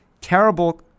terrible